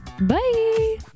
Bye